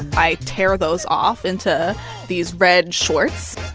ah i tear those off into these red shorts